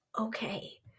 okay